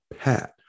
pat